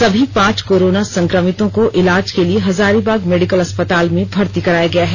सभी पांच कोरोना संक्रमितों को इलाज के लिए हजारीबाग मेडिकल अस्पताल में भर्ती कराया गया है